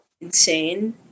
insane